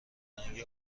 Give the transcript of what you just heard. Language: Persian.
رنگ